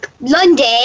london